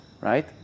right